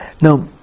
Now